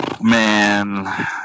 Man